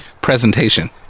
Presentation